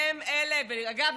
ואגב,